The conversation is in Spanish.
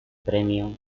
premio